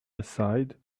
aside